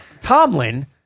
Tomlin